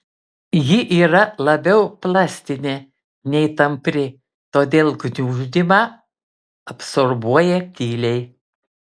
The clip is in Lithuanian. ji yra labiau plastinė nei tampri todėl gniuždymą absorbuoja tyliai